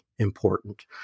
important